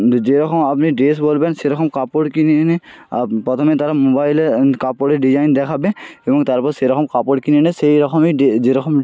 যেরকম আপনি ড্রেস বলবেন সেরকম কাপড় কিনে এনে প্রথমে তারা মোবাইলে কাপড়ের ডিজাইন দেখাবে এবং তারপর সেরকম কাপড় কিনে এনে সেই রকমই ডে যেরকম